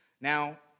Now